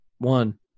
One